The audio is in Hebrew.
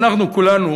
ואנחנו כולנו